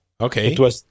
okay